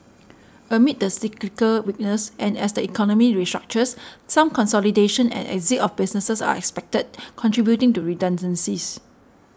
amid the cyclical weakness and as the economy restructures some consolidation and exit of businesses are expected contributing to redundancies